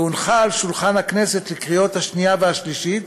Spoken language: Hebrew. והונחה על שולחן הכנסת לקריאה שנייה וקריאה שלישית,